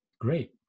great